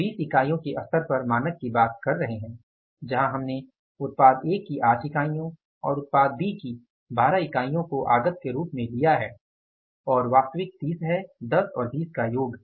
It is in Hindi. हम 20 इकाइयों के स्तर पर मानक की बात कर रहे हैं जहां हमने उत्पाद A की 8 इकाइयों और उत्पाद B की 12 इकाइयाँ को आगत के रूप में लिया है और वास्तविक 30 है 10 और 20 का योग